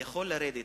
יכול לרדת